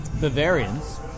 Bavarians